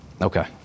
Okay